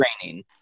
training